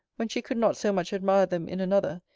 when she could not so much admire them in another,